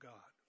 God